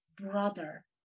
brother